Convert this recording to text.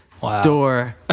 Door